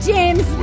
James